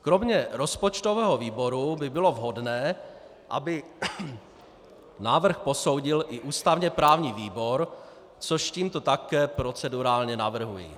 Kromě rozpočtového výboru by bylo vhodné, aby návrh posoudil i ústavněprávní výbor, což tímto také procedurálně navrhuji.